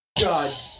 god